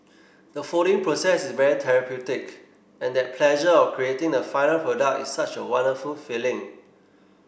the folding process is very therapeutic and that pleasure of creating the final product is such a wonderful feeling